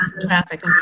traffic